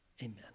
Amen